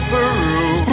Peru